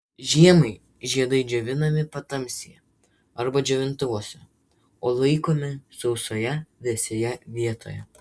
žiemai žiedai džiovinami patamsyje arba džiovintuvuose o laikomi sausoje vėsioje vietoje